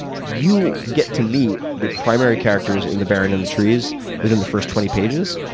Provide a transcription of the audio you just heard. you get to meet the primary characters in the baron in the trees within the first twenty pages,